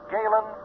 Galen